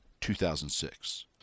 2006